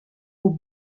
aux